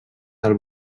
del